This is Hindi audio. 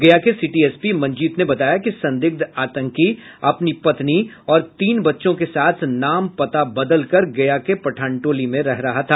गया के सिटी एसपी मंजीत ने बताया कि संदिग्ध आतंकी अपनी पत्नी और तीन बच्चों के साथ नाम पता बदलकर गया के पठान टोली में रह रहा था